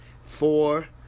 four